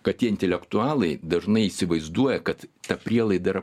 kad tie intelektualai dažnai įsivaizduoja kad ta prielaida yra